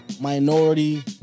minority